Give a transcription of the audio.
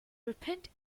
repent